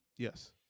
Yes